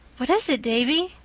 what is it, davy?